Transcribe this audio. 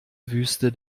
wüste